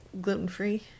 gluten-free